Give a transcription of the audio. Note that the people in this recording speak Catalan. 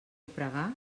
pregar